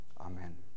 amen